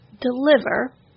deliver